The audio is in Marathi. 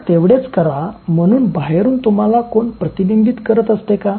फक्त तेवढेच करा म्हणून बाहेरून तुम्हाला कोण प्रतिबंधित करत असते का